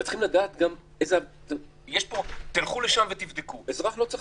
אבל יש פה: תלכו לשם ותבדקו אזרח לא צריך